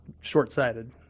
short-sighted